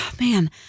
man